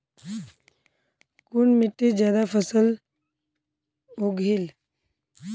कुन मिट्टी ज्यादा फसल उगहिल?